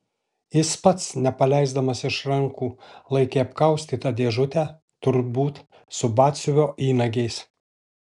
jis pats nepaleisdamas iš rankų laikė apkaustytą dėžutę turbūt su batsiuvio įnagiais